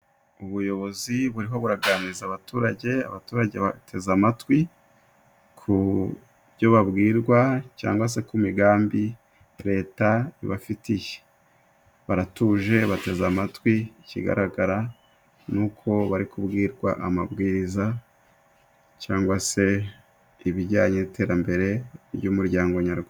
Ubuyobozi buriho buraganiriza abaturage ,abaturage bateze amatwi ku byo babwirwa cyangwa se ku migambi Leta ibafitiye, baratuje bateze amatwi, ikigaragara ni uko bari kubwirwa amabwiriza cyangwa se ibijyanye n'iterambere ry'umuryango nyarwanda.